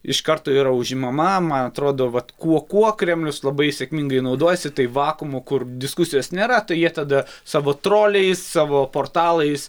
iš karto ir užimama man atrodo vat kuo kuo kremlius labai sėkmingai naudojasi tai vakuumu kur diskusijos nėra tai jie tada savo troliais savo portalais